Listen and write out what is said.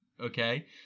okay